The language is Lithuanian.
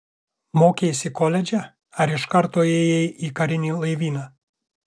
mokeisi koledže ar iš karto ėjai į karinį laivyną